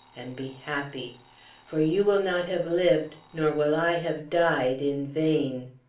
and be happy for you will not have lived, nor will i have died, in vain.